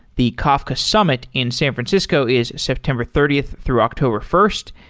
the kafka summit in san francisco is september thirtieth through october first,